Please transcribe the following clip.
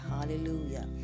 hallelujah